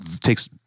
takes